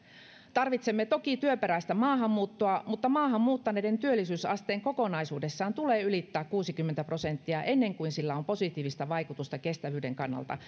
tarvitsemme toki työperäistä maahanmuuttoa mutta maahan muuttaneiden työllisyysasteen kokonaisuudessaan tulee ylittää kuusikymmentä prosenttia ennen kuin sillä on positiivista vaikutusta kestävyyden kannalta